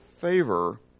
favor